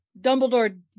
Dumbledore